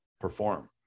perform